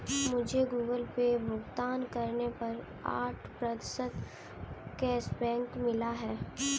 मुझे Google Pay भुगतान करने पर आठ प्रतिशत कैशबैक मिला है